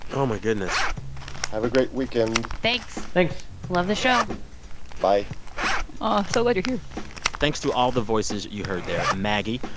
oh, my goodness have a great weekend thanks thanks love the show bye so glad you're here thanks to all the voices you heard there. maggie,